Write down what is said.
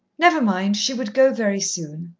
never mind, she would go very soon.